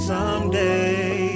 Someday